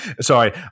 sorry